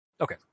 Okay